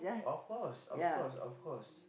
of course of course of course